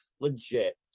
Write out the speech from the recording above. legit